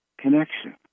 connection